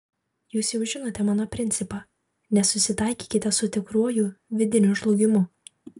jūs jau žinote mano principą nesusitaikykite su tikruoju vidiniu žlugimu